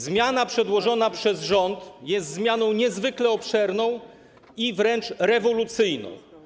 Zmiana przedłożona przez rząd jest zmianą niezwykle obszerną i wręcz rewolucyjną.